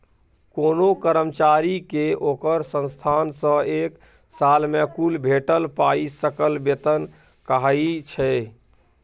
कोनो कर्मचारी केँ ओकर संस्थान सँ एक साल मे कुल भेटल पाइ सकल बेतन कहाइ छै